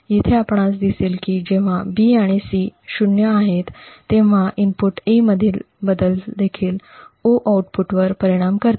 येथे आपणास दिसेल की जेव्हा 'B' आणि 'C' '0s' आहेत तेव्हा इनपुट 'A' मधील बदल देखील 'O' आउटपुटवर परिणाम करते